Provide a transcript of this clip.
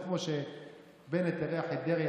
אל תדאג,